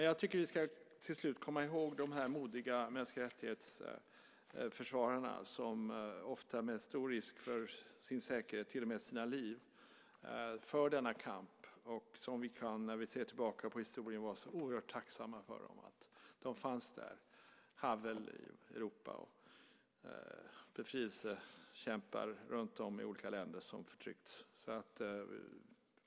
Jag tycker till slut att vi ska komma ihåg de modiga försvarare för mänskliga rättigheter som ofta med stor risk för sin säkerhet, till och med sina liv, fört denna kamp. När vi ser tillbaka på historien kan vi vara oerhört tacksamma för att de fanns där, Havel i Europa och befrielsekämpar runtom i olika länder som förtryckts.